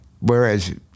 Whereas